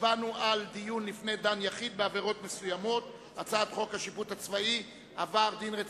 הצבענו על דיון הצעת חוק השיפוט הצבאי (תיקון מס'